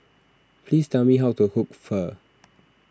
please tell me how to cook Pho